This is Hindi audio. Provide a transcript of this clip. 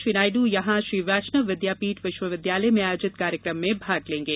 श्री नायडू यहां श्री वैष्णव विद्यापीठ विश्वविद्यालय में आयोजित कार्यक्रम में भाग लेंगे